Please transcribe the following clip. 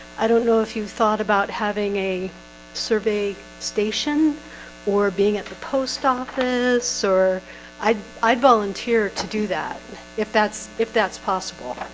i don't know if you've thought about having a survey station or being at the post office or i'd i'd volunteer to do that if that's if that's possible